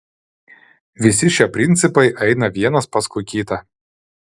visi šie principai eina vienas paskui kitą